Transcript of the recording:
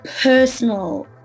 personal